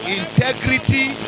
integrity